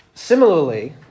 Similarly